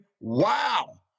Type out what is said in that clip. Wow